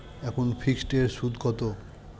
এখন ফিকসড এর সুদ কত?